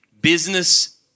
Business